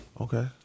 Okay